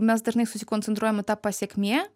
mes dažnai susikoncentruojam į tą pasekmė